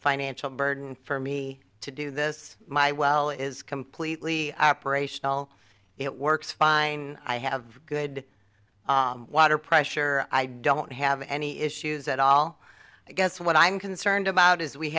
financial burden for me to do this my well is completely operational it works fine i have good water pressure i don't have any issues at all i guess what i'm concerned about is we